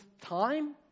time